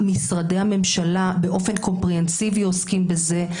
משרדי הממשלה באופן קומפריהנסיבי עוסקים בזה,